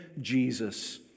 Jesus